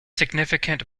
significant